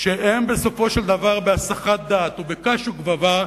שהם בסופו של דבר, בהסחת דעת ובקש וגבבה,